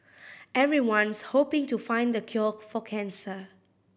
everyone's hoping to find the cure for cancer